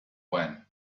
when